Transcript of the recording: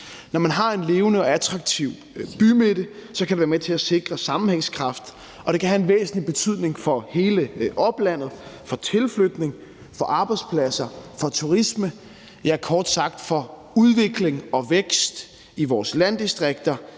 Når man har en levende og attraktiv bymidte, kan det være med til at sikre sammenhængskraft, og det kan have en væsentlig betydning for hele oplandet, for tilflytning, for arbejdspladser, for turisme, ja, kort sagt for udvikling og vækst i vores landdistrikter,